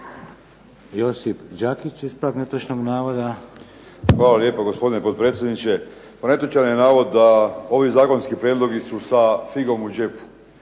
Josip Đakić, ispravak netočnog navoda. **Đakić, Josip (HDZ)** Hvala lijepo, gospodine potpredsjedniče. Netočan je navod da ovi zakonski prijedlozi su sa figom u džepu.